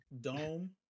dome